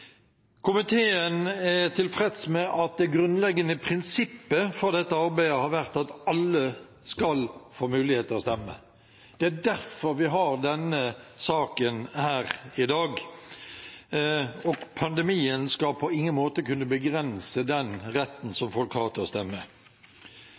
Komiteen er tilfreds med at det grunnleggende prinsippet for dette arbeidet har vært at alle skal få mulighet til å stemme. Det er derfor vi har denne saken her i dag, og pandemien skal på ingen måte kunne begrense den retten